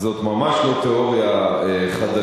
זאת ממש לא תיאוריה חדשה.